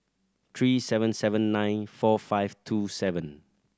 three seven seven nine four five two seven